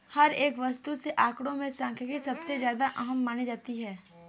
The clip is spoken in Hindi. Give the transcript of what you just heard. हर एक वस्तु के आंकडों में सांख्यिकी सबसे ज्यादा अहम मानी जाती है